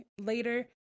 later